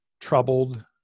troubled